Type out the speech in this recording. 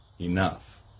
enough